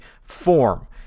form